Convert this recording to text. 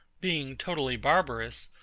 being totally barbarous,